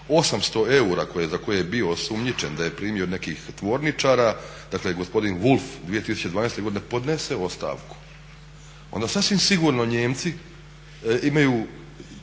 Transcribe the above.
800 eura za koje je bio osumnjičen da je primio od nekih tvorničara, dakle gospodin Wulf 2012. godine podnese ostavku, onda sasvim sigurno Nijemci imaju